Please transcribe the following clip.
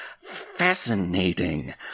fascinating